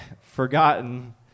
forgotten